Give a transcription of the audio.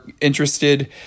interested